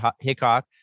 Hickok